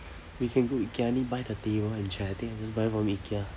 we can go ikea I need to buy the table and chair I think I just buy from ikea